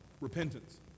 repentance